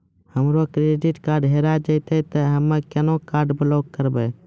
हमरो credit card हेरा जेतै ते हम्मय केना कार्ड ब्लॉक करबै?